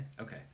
Okay